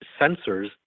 sensors